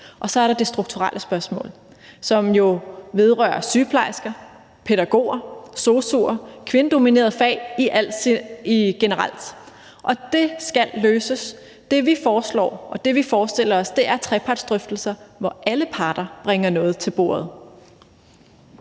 og så er der det strukturelle spørgsmål, som jo vedrører sygeplejersker, pædagoger, sosu'er, kvindedominerede fag generelt, og det skal løses. Det, vi foreslår, og det, vi forestiller os, er trepartsdrøftelser, hvor alle parter bringer noget til bordet.